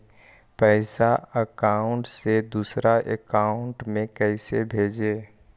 पैसा अकाउंट से दूसरा अकाउंट में कैसे भेजे?